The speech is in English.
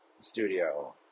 studio